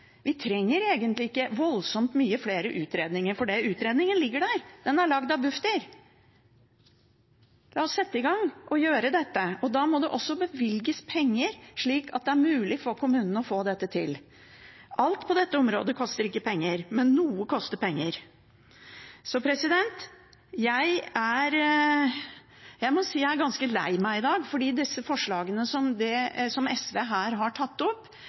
Vi trenger egentlig ikke voldsomt mange flere utredninger, for utredningen ligger der. Den er lagd av Bufdir. La oss sette i gang og gjøre dette. Da må det også bevilges penger, slik at det er mulig for kommunene å få dette til. Alt på dette området koster ikke penger, men noe koster penger. Jeg må si jeg er ganske lei meg i dag, for disse forslagene som SV her har tatt opp,